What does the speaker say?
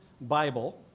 Bible